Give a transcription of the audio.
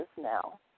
now